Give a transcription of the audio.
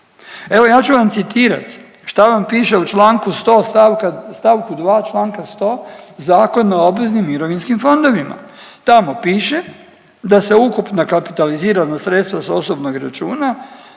Evo ja ću vam citirat šta vam piše u članku 100. stavka, stavku 2, članka 100 Zakona o obveznim mirovinskim fondovima. Tamo piše da se ukupna kapitalizirana sredstva s osobnog računa